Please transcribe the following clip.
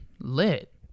Lit